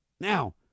Now